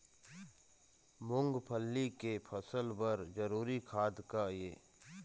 मूंगफली के फसल बर जरूरी खाद का ये?